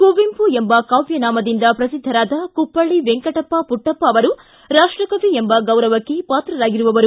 ಕುವೆಂಪು ಎಂಬ ಕಾವ್ಯ ನಾಮದಿಂದ ಪ್ರಸಿದ್ಧರಾದ ಕುಪ್ಪಳ್ಳಿ ವೆಂಕಟಪ್ಪ ಪುಟ್ಟಪ್ಪ ಅವರು ರಾಷ್ಟಕವಿ ಎಂಬ ಗೌರವಕ್ಕೆ ಪಾತ್ರರಾಗಿರುವವರು